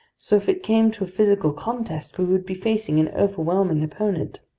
so if it came to a physical contest, we would be facing an overwhelming opponent.